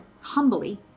humbly